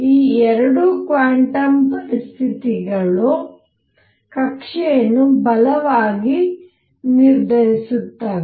ಈ 2 ಕ್ವಾಂಟಮ್ ಪರಿಸ್ಥಿತಿಗಳು ಕಕ್ಷೆಯನ್ನು ಬಲವಾಗಿ ನಿರ್ಧರಿಸುತ್ತವೆ